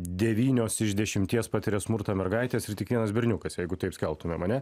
devynios iš dešimties patiria smurtą mergaitės ir tik vienas berniukas jeigu taip skelbtumėm ane